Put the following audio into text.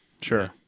Sure